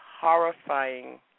horrifying